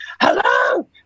hello